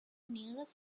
nearest